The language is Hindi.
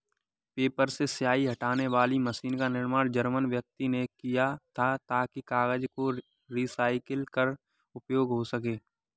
पेपर से स्याही हटाने वाली मशीन का निर्माण जर्मन व्यक्ति ने किया था ताकि कागज को रिसाईकल कर उपयोग हो सकें